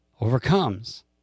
Overcomes